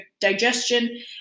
digestion